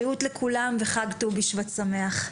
בריאות לכולם וחג ט"ו בשבט שמח.